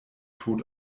tot